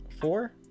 Four